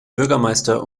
bürgermeister